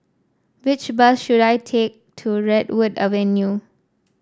which bus should I take to Redwood Avenue